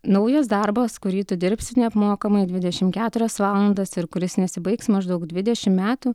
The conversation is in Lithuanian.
naujas darbas kurį tu dirbsi neapmokamai dvidešimt keturias valandas ir kuris nesibaigs maždaug dvidešim metų